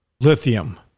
lithium